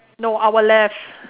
no our left